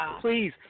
please